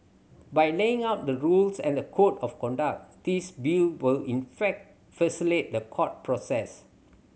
by laying out the rules and the code of conduct this Bill will in fact facilitate the court process